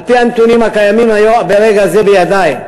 על-פי הנתונים הקיימים ברגע זה בידי,